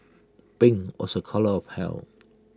pink was A colour of health